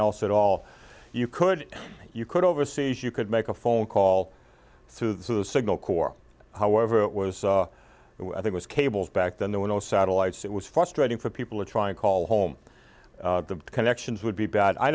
else at all you could you could overseas you could make a phone call through the signal corps however it was i think was cables back then there were no satellites it was frustrating for people to try and call home the connections would be bad i